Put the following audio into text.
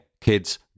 kids